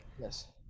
yes